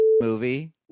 movie